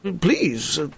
Please